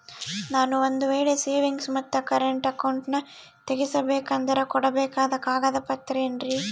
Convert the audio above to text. ನಾನು ಒಂದು ವೇಳೆ ಸೇವಿಂಗ್ಸ್ ಮತ್ತ ಕರೆಂಟ್ ಅಕೌಂಟನ್ನ ತೆಗಿಸಬೇಕಂದರ ಕೊಡಬೇಕಾದ ಕಾಗದ ಪತ್ರ ಏನ್ರಿ?